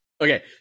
Okay